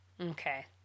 Okay